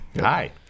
Hi